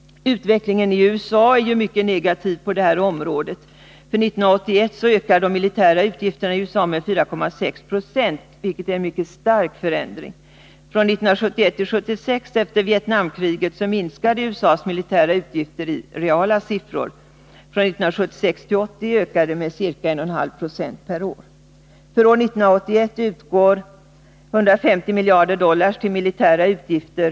Utvecklingen i USA är mycket negativ på detta område. För 1981 ökade de militära utgifterna i USA med 4,6 96, vilket är en mycket stark förändring. Från 1971 till 1976 efter Vietnamkriget minskade USA:s militära utgifter i reala siffror. Från 1976 till 1980 ökade de med ca 1,5 96 per år. För år 1981 går 158 miljarder dollar till militära utgifter.